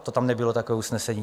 To tam nebylo takové usnesení.